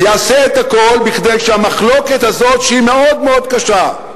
יעשה הכול כדי שהמחלוקת הזאת, שהיא מאוד קשה,